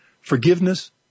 Forgiveness